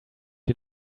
you